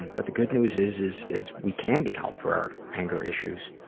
but the good news is, is, is we can get help for and our issues.